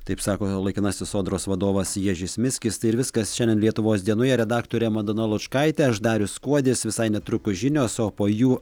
taip sako laikinasis sodros vadovas ježis miskis tai ir viskas šiandien lietuvos dienoje redaktore madona lučkaitė aš darius kuodis visai netrukus žinios o po jų